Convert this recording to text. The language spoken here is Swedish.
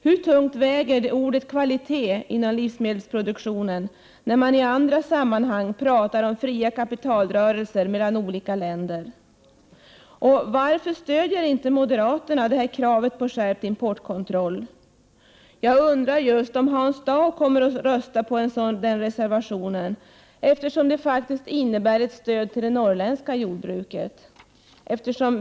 Hur tungt väger begreppet kvalitet inom livsmedelsproduktionen, när man i andra sammanhang talar om fria kapitalrörelser mellan olika länder? Varför stödjer inte moderaterna kravet på skärpt importkontroll? Jag undrar just om Hans Dau kommer att rösta på den reservationen, eftersom den faktiskt innebär ett stöd till det norrländska jordbruket.